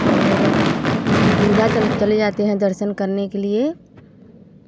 और विंध्याचल चले जाते हैं दर्शन करने के लिए